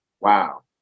Wow